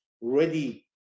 ready